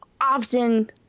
often